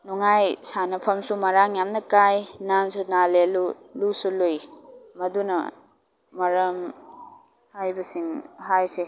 ꯅꯨꯡꯉꯥꯏ ꯁꯥꯟꯅꯐꯝꯁꯨ ꯃꯔꯥꯡ ꯌꯥꯝꯅ ꯀꯥꯏ ꯅꯥꯟꯁꯨ ꯅꯥꯟꯂꯦ ꯂꯨꯁꯨ ꯂꯨꯏ ꯃꯗꯨꯅ ꯃꯔꯝ ꯍꯥꯏꯕꯁꯤꯡ ꯍꯥꯏꯁꯦ